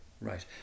Right